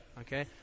okay